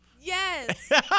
Yes